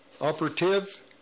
operative